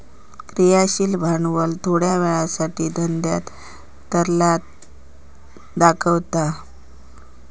क्रियाशील भांडवल थोड्या वेळासाठी धंद्यात तरलता दाखवता